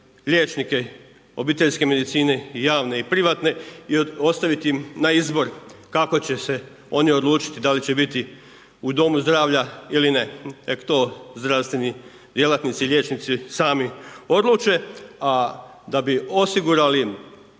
liječnike obiteljske medicine i javne i privatne i ostaviti im na izbor, kako će se oni odlučiti da li će biti u domu zdravlja ili ne. Neka to zdravstveni djelatnici, liječnici, sami odluče. A da bi osigurali